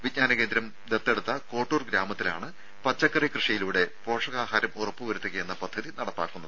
വിജ്ഞാന കേന്ദ്രം ദത്തെടുത്ത കോട്ടൂർ ഗ്രാമത്തിലാണ് പച്ചക്കറി കൃഷിയിലൂടെ പോഷകാഹാരം ഉറപ്പുവരുത്തുകയെന്ന പദ്ധതി നടപ്പാക്കുന്നത്